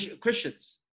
Christians